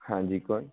हाँ जी कौन